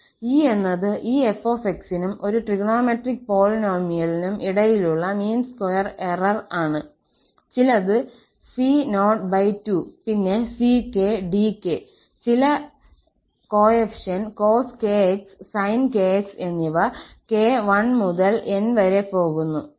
E എന്നത് ഈ 𝑓𝑥നും ഒരു ട്രിഗണോമെട്രിക് പോളിനോമിയലിനും ഇടയിലുള്ള മീൻ സ്ക്വയർ എറർ ആണ് ചിലത് c02പിന്നെ ck dk ചില കോഎഫിഷ്യന്റ് cos 𝑘𝑥 sin 𝑘𝑥 എന്നിവ 𝑘 1 മുതൽ N വരെ പോകുന്നു